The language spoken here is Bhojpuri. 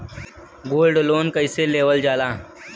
गोल्ड लोन कईसे लेवल जा ला?